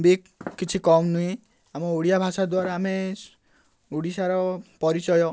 ବି କିଛି କମ୍ ନୁହେଁ ଆମ ଓଡ଼ିଆ ଭାଷା ଦ୍ୱାରା ଆମେ ଓଡ଼ିଶାର ପରିଚୟ